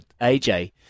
AJ